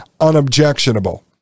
unobjectionable